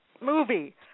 movie